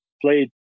played